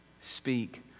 Speak